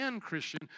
Christian